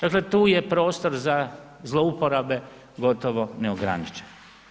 Dakle, tu je prostor za zloporabe gotovo neograničen.